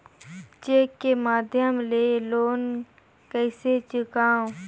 Cheque के माध्यम ले लोन कइसे चुकांव?